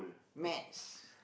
match